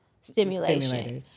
stimulation